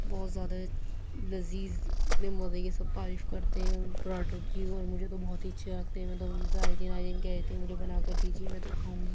بہت زیادہ لذیذ اتنے مزے کے سب تعریف کرتے ہیں اُن پراٹھوں کی اور مجھے تو بہت ہی اچھے لگتے ہیں میں تو ہمیشہ آئے دِن آئے دِن کہتی ہوں مجھے بنا کر دیجیے میں تو کھاؤں گی